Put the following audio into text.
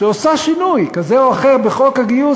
שעושה שינוי כזה או אחר בחוק הגיוס,